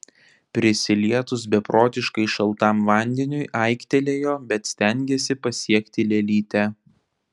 prisilietus beprotiškai šaltam vandeniui aiktelėjo bet stengėsi pasiekti lėlytę